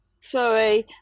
Sorry